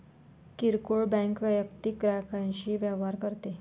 किरकोळ बँक वैयक्तिक ग्राहकांशी व्यवहार करते